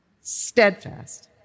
steadfast